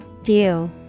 View